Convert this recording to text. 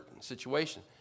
situation